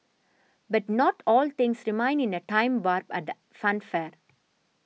but not all things remind in a time at the funfair